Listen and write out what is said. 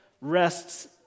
rests